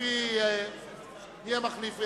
מי המחליף?